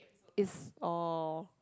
is oh